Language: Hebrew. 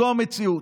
זו המציאות.